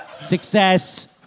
Success